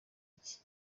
iki